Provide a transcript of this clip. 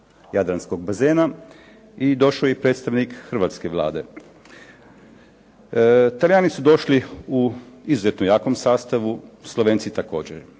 jadranskog bazena i došao je i predstavnik hrvatske Vlade. Talijani su došli u izuzetno jakom sastavu, Slovenci također,